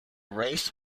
race